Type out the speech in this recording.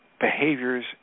behaviors